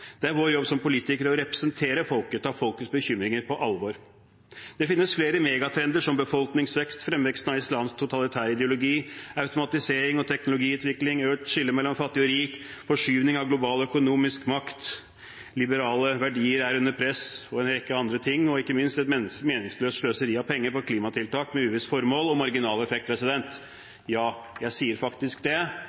Det er vår jobb som politikere å representere folket og ta folkets bekymringer på alvor. Det finnes flere megatrender, som befolkningsvekst, fremveksten av islamsk totalitær ideologi, automatisering og teknologiutvikling, økt skille mellom fattig og rik, forskyvning av global økonomisk makt, at liberale verdier er under press og en rekke andre ting, og ikke minst et meningsløst sløseri av penger på klimatiltak med uvisst formål og marginal effekt. Ja, jeg sier faktisk det,